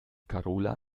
karola